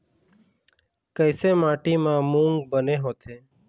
कइसे माटी म मूंग बने होथे?